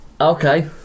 okay